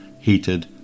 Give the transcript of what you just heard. heated